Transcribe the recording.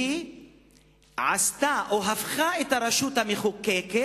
או שהיא הפכה את הרשות המחוקקת